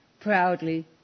proudly